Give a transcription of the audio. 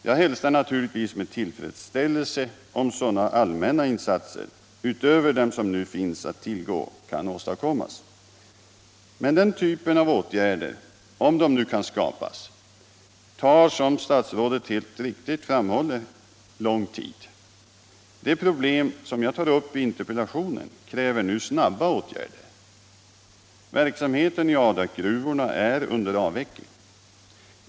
Jag hälsar det naturligtvis med tillfredsställelse om sådana allmänna insatser, utöver dem som nu finns att tillgå, kan åstadkommas. Men den typen av åtgärder — om de nu kan skapas — tar, som statsrådet helt riktigt framhåller, lång tid. Det problem som jag tar upp i interpellationen kräver nu snabba åtgärder. Verksamheten i Adakgruvorna är under avveckling.